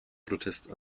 protest